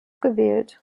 gewählt